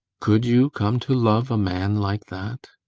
could you come to love a man like that?